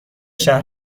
شهر